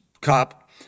COP